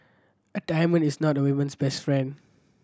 a diamond is not a women's best friend